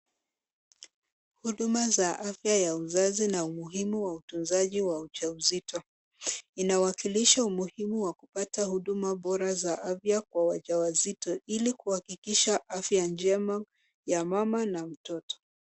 Huduma za afya ya uzazi na umuhimu wa utunzaji wa ujauzito. Inawakilisha umuhimu wa kupata huduma bora za afya kwa wajawazito ili kuhakikisha afya njema ya mama na mtoto.